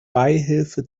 beihilfe